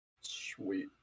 Sweet